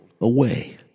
away